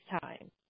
time